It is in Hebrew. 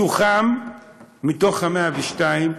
מתוך ה-102,